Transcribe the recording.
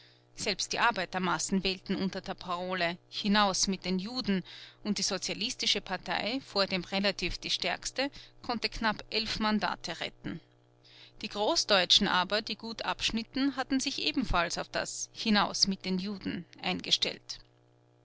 selbst die arbeitermassen wählten unter der parole hinaus mit den juden und die sozialistische partei vordem relativ die stärkste konnte knapp elf mandate retten die großdeutschen aber die gut abschnitten hatten sich ebenfalls auf das hinaus mit den juden eingestellt